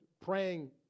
praying